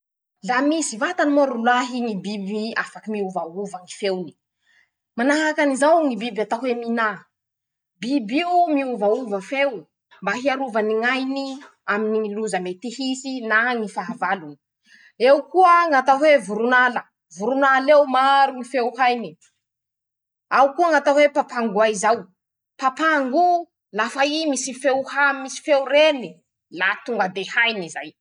La misy vatany moa rolahy ñy biby afaky miovaova ñy feony: -Manahaky anizao ñy biby atao hoe :"minà",biby io miovaova feo mba hiarovany ñ'ainy aminy ñy loza mety hisy na ñy fahavalony. -Eo koa ñ'atao hoe :"voron'ala ",voron'ala eo maro ñy feo hainy. -Ao koa ñ'atao hoe:" papango ay" zao. papango o lafa i misy feo ha misy feo reny. la tonga de hainy zay.